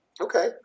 okay